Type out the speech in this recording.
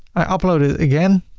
i upload it again.